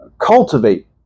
cultivate